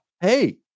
hey